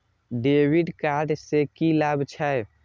डेविट कार्ड से की लाभ छै?